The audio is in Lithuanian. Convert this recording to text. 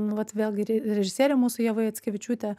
nu vat vėlgi re režisierė mūsų ieva jackevičiūtė